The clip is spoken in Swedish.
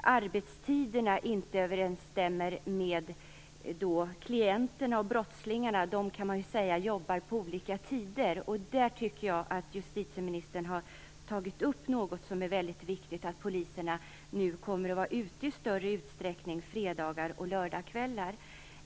arbetstiderna inte överensstämmer med klienternas/brottslingarnas verksamhet. De jobbar på olika tider. I det sammanhanget har justitieministern tagit upp en viktig sak, nämligen att poliserna nu kommer att vara ute i större utsträckning under fredags och lördagskvällar.